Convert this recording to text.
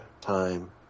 ...time